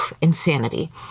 insanity